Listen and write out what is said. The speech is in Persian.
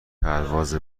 پرواز